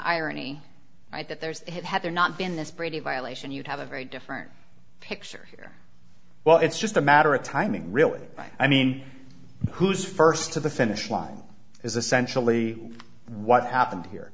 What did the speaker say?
irony that there's it had there not been this brady violation you'd have a very different picture here well it's just a matter of timing really i mean who's first to the finish line is essentially what happened here